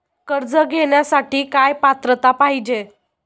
कर्ज घेण्यासाठी काय पात्रता पाहिजे?